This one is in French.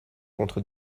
contre